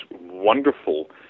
wonderful